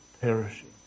perishing